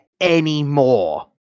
anymore